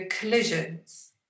collisions